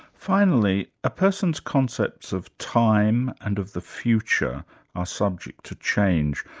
finally, a person's concepts of time and of the future are subject to change.